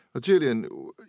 Julian